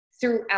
throughout